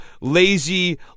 lazy